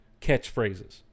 catchphrases